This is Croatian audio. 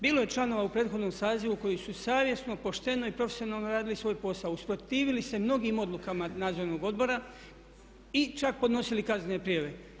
Bilo je članova u prethodnom sazivu koji su savjesno, pošteno i profesionalno radili svoj posao, usprotivili se mnogim odlukama nadzornog odbora i čak podnosili kaznene prijave.